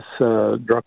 drug